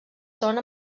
són